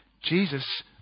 Jesus